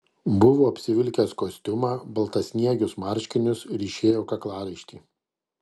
buvo apsivilkęs kostiumą baltasniegius marškinius ryšėjo kaklaraištį